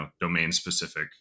domain-specific